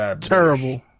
Terrible